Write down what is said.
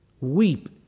weep